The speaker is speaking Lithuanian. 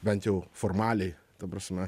bent jau formaliai ta prasme